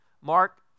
Mark